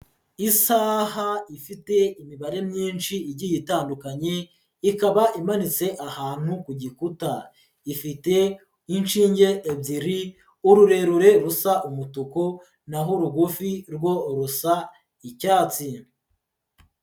Isaha ifite imibare myinshi igiye itandukanye, ikaba imanitse ahantu ku gikuta, ifite inshinge ebyiri, ururerure rusa umutuku na ho urugufi rwo rusa icyatsi.